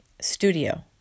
studio